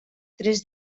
tres